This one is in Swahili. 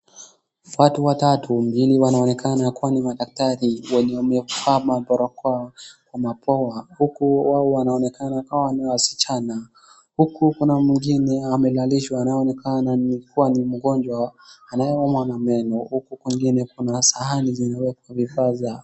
Watu watatu wawili wanaonekana kuwa ni madaktari wenye wamevaa mabarokoa kwa mapua huku wao wanaonekana kuwa ni wasichana. Huku kuna mwingine amelalishwa anaonekana ni kuwa ni mgonjwa anayeumwa na meno huku kwingine kuna sahani zinawekwa vifaa za